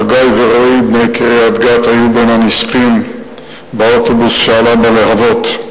חגי ורועי בני קריית-גת היו בין הנספים באוטובוס שעלה בלהבות.